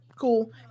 cool